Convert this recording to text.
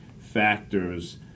factors